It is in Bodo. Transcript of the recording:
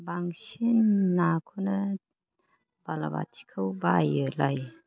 बांसिन नाखौनो बाला बाथिखौ बायोलाय